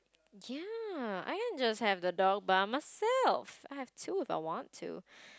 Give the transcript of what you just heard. ya I can just have a dog by myself I can have two if I want to